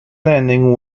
landing